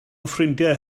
ffrindiau